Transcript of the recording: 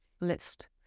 list